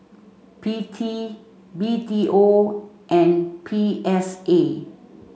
P T B T O and P S A